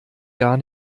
gar